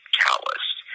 calloused